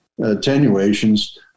attenuations